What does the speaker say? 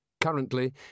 Currently